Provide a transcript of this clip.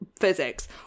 physics